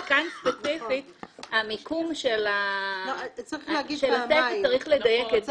אבל כאן ספציפית המיקום של התוספת צריך לדייק את